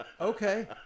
Okay